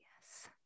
Yes